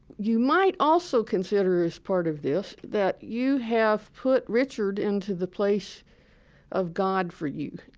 you might also consider as part of this that you have put richard into the place of god for you.